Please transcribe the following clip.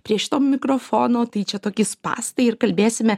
prie šito mikrofono tai čia toki spąstai kalbėsime